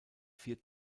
vier